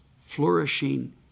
flourishing